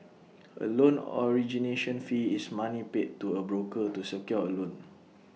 A loan origination fee is money paid to A broker to secure A loan